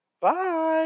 Bye